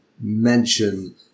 mention